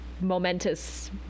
momentous